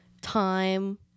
time